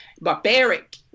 Barbaric